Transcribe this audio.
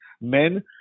men